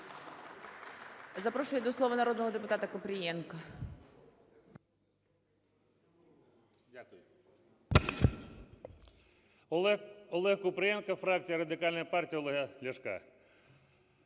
Запрошую до слова народного депутата Папієва.